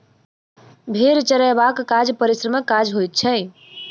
भेंड़ चरयबाक काज परिश्रमक काज होइत छै